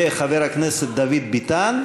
וחבר הכנסת דוד ביטן,